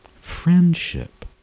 Friendship